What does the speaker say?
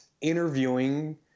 interviewing